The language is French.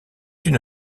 une